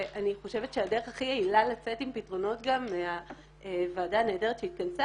ואני חושבת שהדרך הכי יעילה לצאת עם פתרונות מהוועדה הנהדרת שהתכנסה